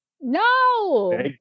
No